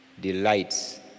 delights